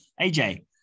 AJ